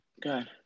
Good